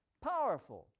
powerful,